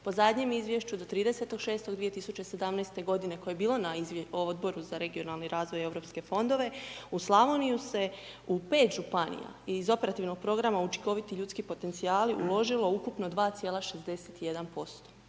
po zadnjem izvješću do 30.6.2017. godine koje je bilo na Odboru za regionalni razvoj i EU fondove u Slavoniju se u 5 županija iz Operativnog programa učinkoviti ljudski potencijali uložilo ukupno 2,61%,